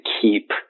keep